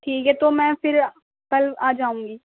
ٹھیک ہے تو میں پھر کل آ جاؤں گی